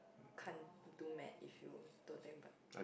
can't do med if you don't take but